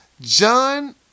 John